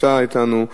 שנמצא אתנו.